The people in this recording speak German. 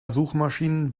suchmaschinen